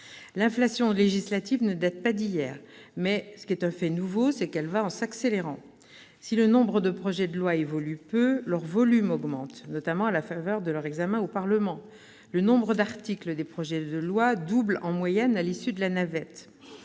L'inflation législative ne date pas d'hier, mais, fait nouveau, elle va en s'accélérant. Si le nombre de projets de loi évolue peu, leur volume augmente, notamment à la faveur de leur examen au Parlement : le nombre d'articles des projets de loi est en moyenne doublé à l'issue de la navette.